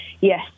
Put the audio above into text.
Yes